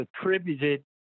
attributed